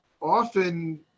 often